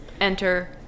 enter